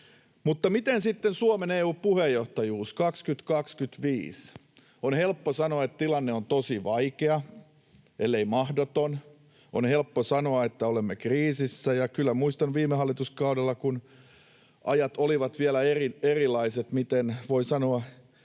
Miten sitten Suomen Etyj-puheenjohtajuus 2025? On helppo sanoa, että tilanne on tosi vaikea ellei mahdoton, on helppo sanoa, että olemme kriisissä, mutta kyllä muistan viime hallituskaudella, kun ajat olivat vielä erilaiset, miten, voi sanoa,